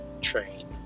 train